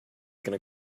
gonna